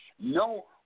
No